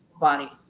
body